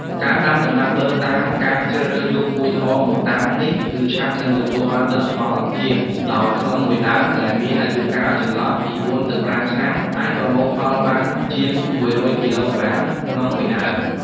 ការដាំដំណាំប័រតាមការជ្រើសរើសយកពូជល្អមកដាំនេះ គឺឆាប់នឹងទទួលបាននូវទិន្នផលជាង ដោយក្នុង១ដើមដែលមានអាយុកាលចន្លោះពី៤ ទៅ ៥ឆ្នាំ អាចប្រមូលផលបានជាង ១០០គីឡូក្រាម ក្នុង ១ដើម។